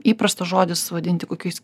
įprastas žodis vadinti kokiais